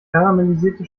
karamellisierte